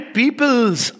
people's